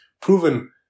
proven